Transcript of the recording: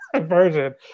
version